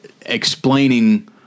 explaining